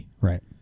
Right